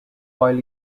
while